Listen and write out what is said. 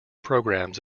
programs